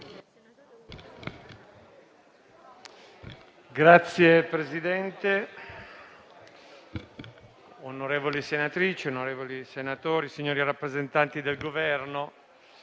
Signor Presidente, onorevoli senatrici e senatori, signori rappresentanti del Governo,